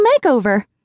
makeover